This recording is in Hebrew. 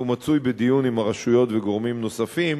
והוא מצוי בדיון עם הרשויות וגורמים נוספים